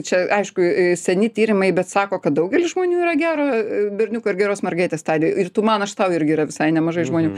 čia aišku seni tyrimai bet sako kad daugelis žmonių yra gero berniuko ir geros mergaitės stadijoj ir tu man aš tau irgi yra visai nemažai žmonių